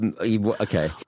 Okay